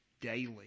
daily